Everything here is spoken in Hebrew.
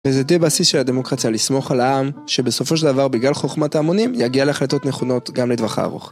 וזה די בסיס של הדמוקרטיה לסמוך על העם שבסופו של דבר בגלל חוכמת ההמונים יגיע להחלטות נכונות גם לטווח הארוך.